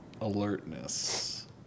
alertness